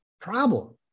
problem